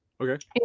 Okay